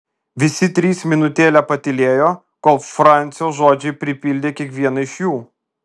visi trys minutėlę patylėjo kol francio žodžiai pripildė kiekvieną iš jų